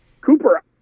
Cooper